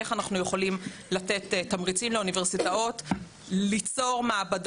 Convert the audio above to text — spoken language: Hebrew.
איך אנחנו יכולים לתת תמריצים לאוניברסיטאות ליצור מעבדות.